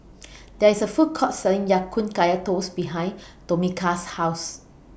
There IS A Food Court Selling Ya Kun Kaya Toast behind Tomika's House